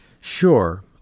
Sure